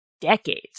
decades